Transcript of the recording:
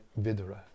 Vidura